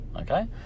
okay